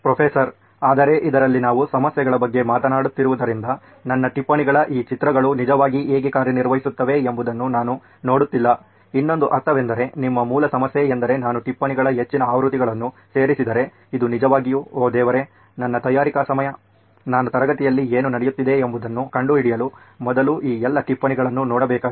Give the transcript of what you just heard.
professor ಆದರೆ ಇದರಲ್ಲಿ ನಾವು ಸಮಸ್ಯೆಗಳ ಬಗ್ಗೆ ಮಾತನಾಡುತ್ತಿರುವುದರಿಂದ ನನ್ನ ಟಿಪ್ಪಣಿಗಳ ಈ ಚಿತ್ರಗಳು ನಿಜವಾಗಿ ಹೇಗೆ ಕಾರ್ಯನಿರ್ವಹಿಸುತ್ತವೆ ಎಂಬುದನ್ನು ನಾನು ನೋಡುತ್ತಿಲ್ಲ ಇನ್ನೊಂದು ಅರ್ಥವೆಂದರೆ ನಿಮ್ಮ ಮೂಲ ಸಮಸ್ಯೆ ಎಂದರೆ ನಾನು ಟಿಪ್ಪಣಿಗಳ ಹೆಚ್ಚಿನ ಆವೃತ್ತಿಗಳನ್ನು ಸೇರಿಸಿದರೆ ಇದು ನಿಜವಾಗಿಯೂ ಓ ದೇವರೇ ನನ್ನ ತಯಾರಿಕೆಯ ಸಮಯ ನಾನು ತರಗತಿಯಲ್ಲಿ ಏನು ನಡೆಯುತ್ತಿದೆ ಎಂಬುದನ್ನು ಕಂಡುಹಿಡಿಯುವ ಮೊದಲು ಈ ಎಲ್ಲಾ ಟಿಪ್ಪಣಿಗಳನ್ನು ನೋಡಬೇಕಾಗಿದೆ